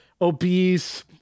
obese